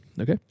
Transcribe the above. okay